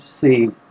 see